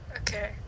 Okay